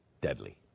Deadly